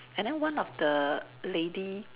and then one of the lady